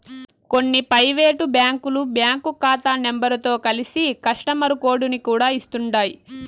కొన్ని పైవేటు బ్యాంకులు బ్యాంకు కాతా నెంబరుతో కలిసి కస్టమరు కోడుని కూడా ఇస్తుండాయ్